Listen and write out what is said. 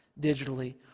digitally